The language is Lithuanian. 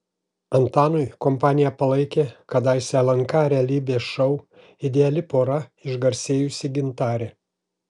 antanui kompaniją palaikė kadaise lnk realybės šou ideali pora išgarsėjusi gintarė